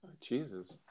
Jesus